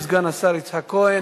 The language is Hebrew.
ישיב סגן השר יצחק כהן.